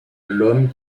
l’homme